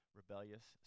rebellious